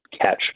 catch